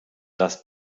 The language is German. das